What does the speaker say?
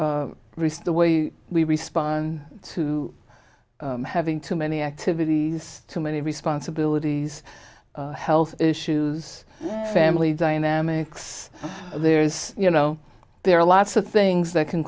research the way we respond to having too many activities too many responsibilities health issues family dynamics there is you know there are lots of things that can